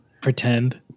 Pretend